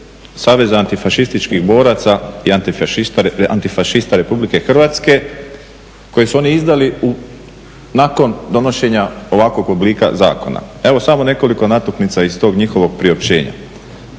Saveza antifašističkih boraca i antifašista Republike Hrvatske koji su oni izdali nakon donošenja ovakvog oblika zakona. Evo samo nekoliko natuknica iz tog njihovog priopćenja.